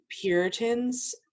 puritans